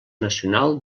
nacional